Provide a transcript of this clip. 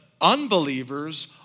unbelievers